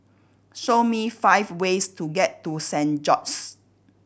show me five ways to get to Saint George's